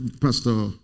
Pastor